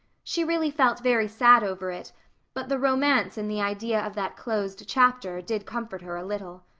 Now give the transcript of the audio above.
she really felt very sad over it but the romance in the idea of that closed chapter did comfort her a little.